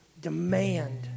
demand